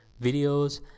videos